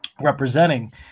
representing